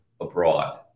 abroad